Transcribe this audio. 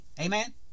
Amen